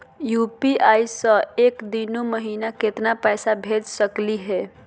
UPI स एक दिनो महिना केतना पैसा भेज सकली हे?